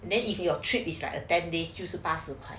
then if your trip is like a ten days 就是八十块